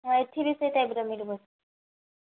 ହଁ ଏଠି ବି ସେ ଟାଇପର ମିଳିବ